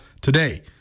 today